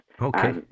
Okay